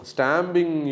Stamping